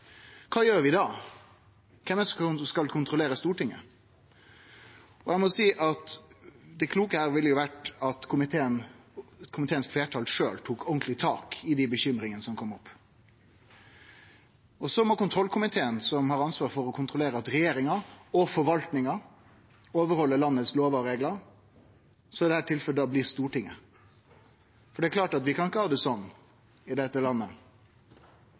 Kva gjer vi da? Kven er det som skal kontrollere Stortinget? Eg må seie at det kloke her ville vore at komitéfleirtalet sjølv tok ordentleg tak i dei bekymringane som kom opp. Kontroll- og konstitusjonskomiteen har ansvar for å kontrollere at regjeringa og forvaltninga etterlever landets lover og reglar – i dette tilfellet Stortinget. Vi kan ikkje ha det sånn i dette landet